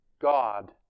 God